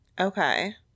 Okay